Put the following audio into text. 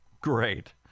Great